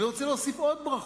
אני רוצה להוסיף עוד ברכות.